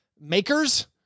makers